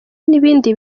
n’ibindi